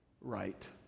right